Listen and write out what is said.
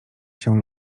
się